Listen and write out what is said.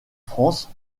france